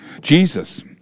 Jesus